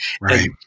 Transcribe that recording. right